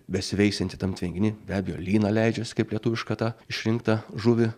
besiveisianti tam tvenkiny be abejo lyną leidžias kaip lietuvišką tą išrinktą žuvį